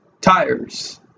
tires